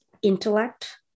Intellect